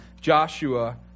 Joshua